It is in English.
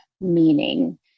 meaning